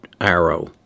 arrow